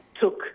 took